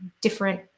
different